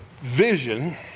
vision